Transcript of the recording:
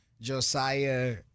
Josiah